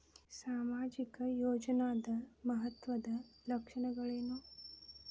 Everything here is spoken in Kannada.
ಸಾಮಾಜಿಕ ಯೋಜನಾದ ಮಹತ್ವದ್ದ ಲಕ್ಷಣಗಳೇನು?